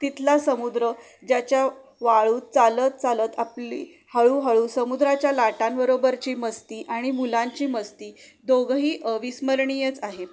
तिथला समुद्र ज्याच्या वाळूत चालत चालत आपली हळूहळू समुद्राच्या लाटांबरोबरची मस्ती आणि मुलांची मस्ती दोघंही अविस्मरणीयच आहेत